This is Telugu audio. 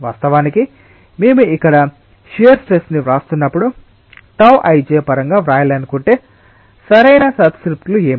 వాస్తవానికి మేము ఇక్కడ షియర్ స్ట్రెస్ని వ్రాస్తున్నప్పుడు τ ij పరంగా వ్రాయాలనుకుంటే సరైన సబ్స్క్రిప్ట్లు ఏమిటి